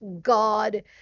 God